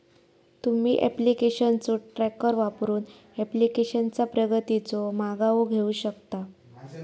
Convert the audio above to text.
तुम्ही ऍप्लिकेशनचो ट्रॅकर वापरून ऍप्लिकेशनचा प्रगतीचो मागोवा घेऊ शकता